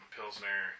Pilsner